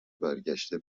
برگشته